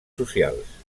socials